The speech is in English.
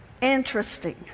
Interesting